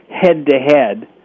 head-to-head